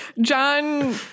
John